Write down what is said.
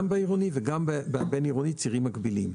גם בעירוני וגם בבין-עירוני, אלה צירים מקבילים.